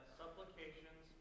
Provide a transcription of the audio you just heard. supplications